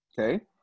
Okay